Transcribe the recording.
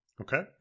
Okay